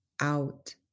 out